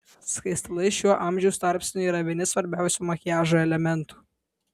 skaistalai šiuo amžiaus tarpsniu yra vieni svarbiausių makiažo elementų